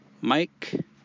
Mike